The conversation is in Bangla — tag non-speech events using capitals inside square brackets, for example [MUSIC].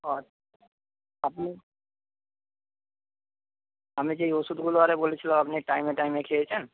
[UNINTELLIGIBLE] আমি যেই ওষুধগুলো বলেছিলাম আপনি টাইমে টাইমে খেয়েছেন